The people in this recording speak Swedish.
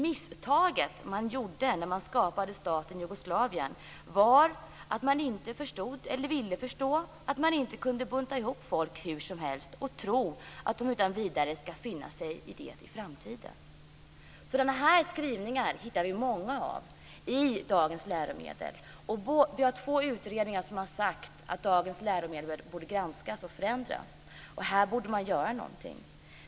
Misstaget man gjorde när man skapade staten Jugoslavien var att man inte förstod eller ville förstå att man inte kunde bunta ihop folk hur som helst och tro att de utan vidare ska finna sig i det i framtiden. Sådana här skrivningar hittar vi många i dagens läromedel. Två utredningar har sagt att dagens läromedel borde granskas och förändras. Här borde man göra någonting.